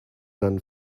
than